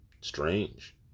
Strange